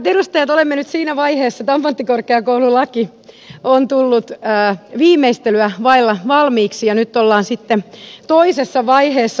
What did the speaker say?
hyvät edustajat olemme nyt siinä vaiheessa että ammattikorkeakoululaki on tullut viimeistelyä vaille valmiiksi ja nyt ollaan sitten toisessa vaiheessa menossa